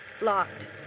Locked